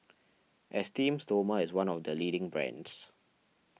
Esteem Stoma is one of the leading brands